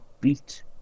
beat